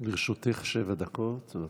סגמן, לרשותך שבע דקות, בבקשה.